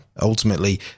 ultimately –